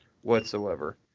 whatsoever